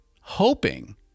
hoping